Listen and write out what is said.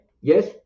Yes